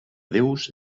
déus